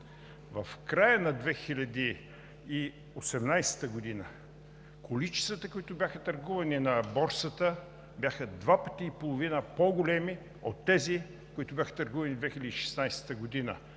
В края на 2018 г. количествата, които бяха търгувани на Борсата, бяха 2,5 по-големи от тези, които бяха търгувани в 2016 г.